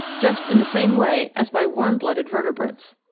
just in the same way as by warm-blooded vertebrates.